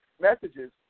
messages